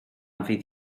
fydd